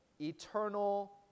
eternal